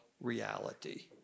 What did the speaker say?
reality